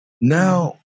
Now